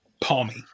Palmy